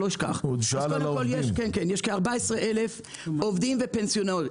יש כ-14 אלף עובדים ופנסיונרים,